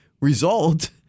result